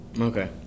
Okay